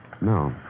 No